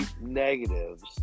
negatives